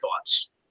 thoughts